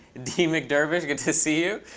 d. mcdermott, good to see you.